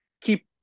keep